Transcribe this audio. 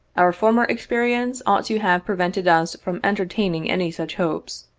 our former experience ought to have prevented us from entertaining any such hopes,